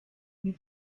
you